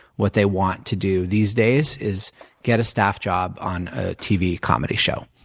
what they want to do these days is get a staff job on a tv comedy show.